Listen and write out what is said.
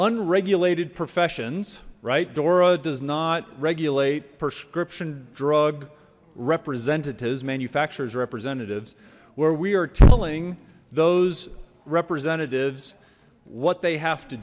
unregulated professions right dora does not regulate prescription drug representatives manufacturers representatives where we are telling those representatives what they have to